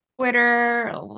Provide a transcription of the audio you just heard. twitter